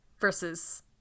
Versus